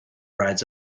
rides